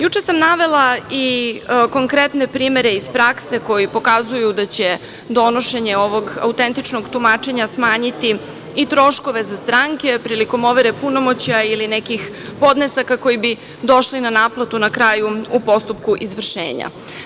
Juče sam navela i konkretne primere iz prakse koji pokazuju da će donošenje ovog autentičnog tumačenja smanjiti i troškove za stranke, prilikom overe punomoćja ili nekih podnesaka koji bi došli na naplatu na kraju u postupku izvršenja.